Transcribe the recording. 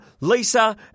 Lisa